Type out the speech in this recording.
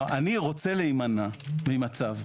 אני רוצה להימנע ממצב,